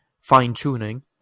fine-tuning